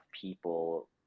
people